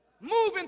moving